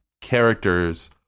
characters